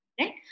Right